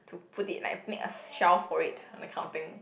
to put like make a shelf for it that kind of thing